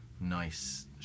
nice